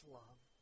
love